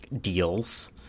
deals